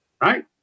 right